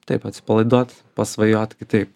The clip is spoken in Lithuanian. taip atsipalaiduot pasvajot kitaip